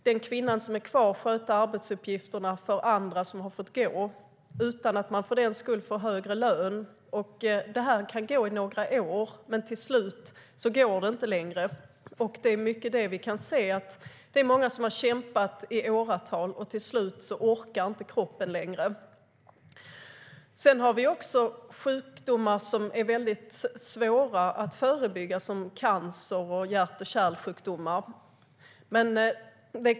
Den kvinna som är kvar får då sköta arbetsuppgifterna för andra som har fått gå utan att hon för den skull får högre lön. Det kan gå i några år. Men till slut går det inte längre. Det är mycket det vi kan se. Det är många som har kämpat i åratal, och till slut orkar inte kroppen längre. Vi har också sjukdomar som är väldigt svåra att förebygga, som cancer och hjärt och kärlsjukdomar.